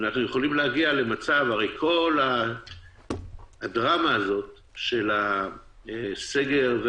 הרי כל הדרמה הזאת של הסגר,